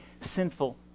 sinful